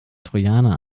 trojaner